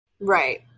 Right